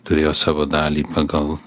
turėjo savo dalį pagal